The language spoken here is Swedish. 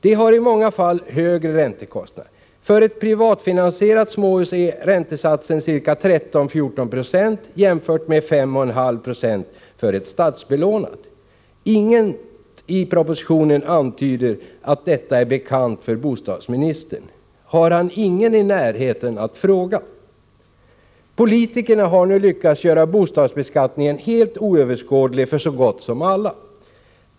De har i många fall högre räntekostnader. För ett privatfinansierat småhus är räntesatsen ca 13-14 procent jämfört med 5,5 procent för ett statsbelånat. Inget i propositionen antyder att detta är bekant för bostadsministern. Har han ingen i närheten att fråga? Politikerna har nu lyckats göra bostadsbeskattningen helt oöverskådlig för så gott som alla.